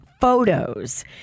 Photos